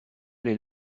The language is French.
les